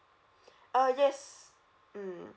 uh yes mm